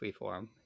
freeform